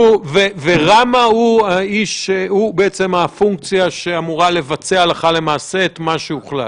ורמ"א הוא בעצם הפונקציה שאמורה לבצע הלכה למעשה את מה שהוחלט?